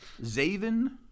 Zavin